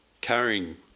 carrying